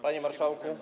Panie Marszałku!